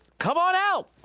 come on out!